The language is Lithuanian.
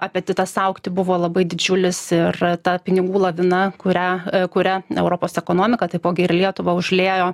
apetitas augti buvo labai didžiulis ir ta pinigų lavina kurią kuria europos ekonomika taipogi ir lietuvą užliejo